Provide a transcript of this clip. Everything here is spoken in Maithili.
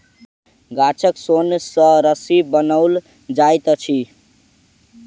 गाछक सोन सॅ रस्सी बनाओल जाइत अछि